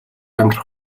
амьдрах